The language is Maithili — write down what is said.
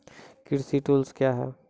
कृषि टुल्स क्या हैं?